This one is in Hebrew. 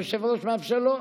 היושב-ראש מאפשר לו?